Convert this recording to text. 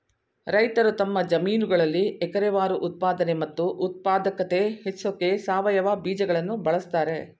ರೈತರು ತಮ್ಮ ಜಮೀನುಗಳಲ್ಲಿ ಎಕರೆವಾರು ಉತ್ಪಾದನೆ ಮತ್ತು ಉತ್ಪಾದಕತೆ ಹೆಚ್ಸೋಕೆ ಸಾವಯವ ಬೀಜಗಳನ್ನು ಬಳಸ್ತಾರೆ